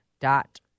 dot